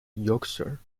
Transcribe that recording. yorkshire